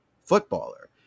footballer